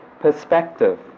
perspective